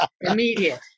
Immediate